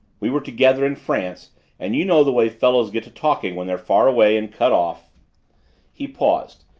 we were together in france and you know the way fellows get to talking when they're far away and cut off he paused,